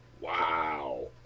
Wow